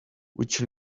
which